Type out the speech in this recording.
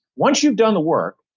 once you've done the work,